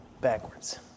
Backwards